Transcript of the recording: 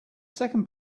second